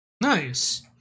Nice